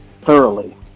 thoroughly